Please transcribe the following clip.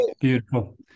beautiful